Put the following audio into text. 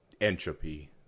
entropy